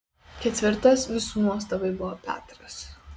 ketvirtas visų nuostabai buvo petras